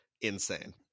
Insane